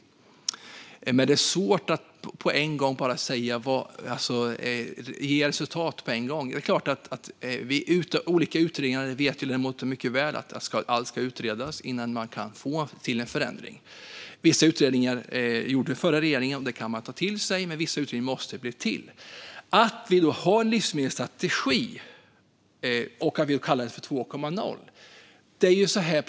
Men det är svårt att få resultat på en gång. Som ledamoten mycket väl vet ska allt utredas innan man kan få till en förändring. Vissa utredningar gjorde den förra regeringen, och dem kan man ta till sig. Andra utredningar måste tillsättas, och då har vi en livsmedelsstrategi som vi kan kalla 2.0.